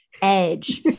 edge